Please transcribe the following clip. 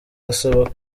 asaba